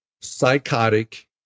psychotic